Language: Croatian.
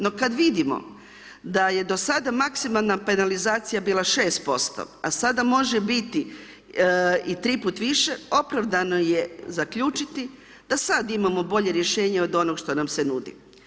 No kada vidimo da je do sada maksimalna penalizacija bila 6% a sada može biti i 3 puta više, opravdano je zaključiti, da sada imamo bolje rješenje od onoga što nam se nudi.